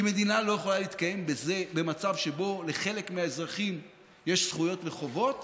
כי מדינה לא יכולה להתקיים במצב שבו לחלק מהאזרחים יש זכויות וחובות